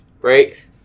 right